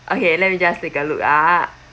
okay let me just take a look ah